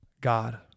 God